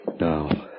Now